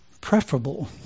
preferable